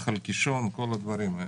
נחל קישון, כל הדברים האלו.